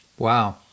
Wow